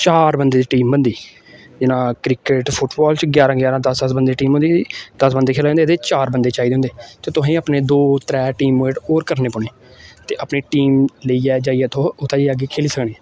चार बंदे दी टीम बनदी जियां क्रिकेट फुटबाल च ग्यारह ग्यारह दस दस बंदे दी टीम होंदी दस बंदे खेलै दे होंदे चार बंदे चाहिदे होंदे ते तुसेंगी अपने दो त्रै टीम मेट होर करने पौने ते अपनी टीम लेइयै जाइयै ते तुस उत्थे अग्गें खेली सकनें